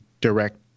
direct